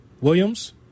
Williams